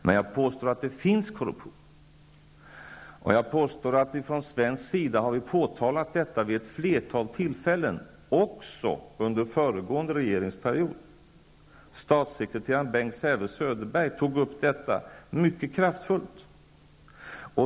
Men jag påstår att det finns korruption, och jag påstår att vi från svensk sida har påtalat detta vid ett flertal tillfällen, också under den föregående regeringens period. Statssekreteraren Bengt Säve-Söderbergh tog upp detta mycket kraftfullt.